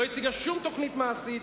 לא הציגה שום תוכנית מעשית,